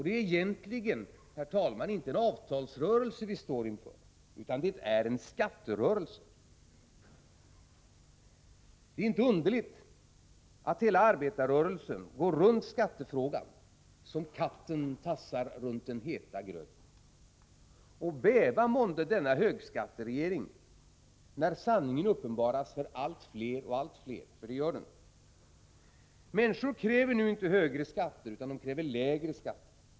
Det är egentligen inte heller en avtalsrörelse vi står inför, utan en skatterörelse. Det är inte underligt att hela arbetarrörelsen går runt skattefrågan som katten tassar runt den heta gröten. Bäva månde denna högskatteregering när sanningen uppenbaras för allt fler. Människor kräver nu inte högre skatter, utan lägre.